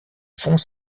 fonds